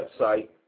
website